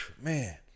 man